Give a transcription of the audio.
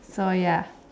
so ya